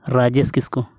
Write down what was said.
Rajesh Kisku